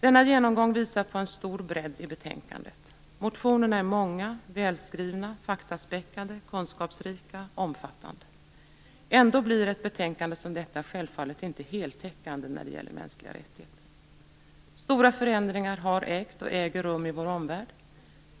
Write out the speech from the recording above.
Denna genomgång visar på en stor bredd i betänkandet. Motionerna är många, välskrivna, faktaspäckade, kunskapsrika och omfattande. Ändå blir ett betänkande som detta självfallet inte heltäckande när det gäller mänskliga rättigheter. Stora förändringar har ägt rum och äger rum i vår omvärld.